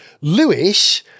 Lewis